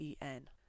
EN